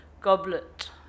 goblet